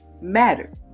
matter